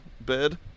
bed